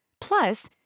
Plus